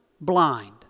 blind